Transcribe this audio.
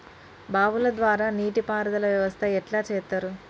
బావుల ద్వారా నీటి పారుదల వ్యవస్థ ఎట్లా చేత్తరు?